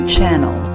Channel